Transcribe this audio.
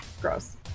Gross